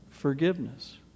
forgiveness